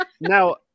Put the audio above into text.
Now